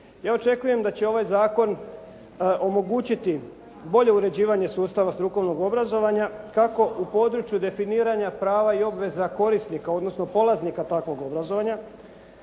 ja očekujem da će ovaj zakon omogućiti bolje uređivanje sustava strukovnog obrazovanja kako u području definiranja i prava obveza korisnika, odnosno polaznika takvog obrazovanja.